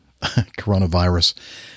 coronavirus